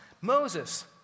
Moses